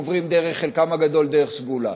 חלקם הגדול עוברים דרך סגולה.